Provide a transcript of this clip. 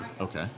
Okay